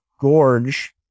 gorge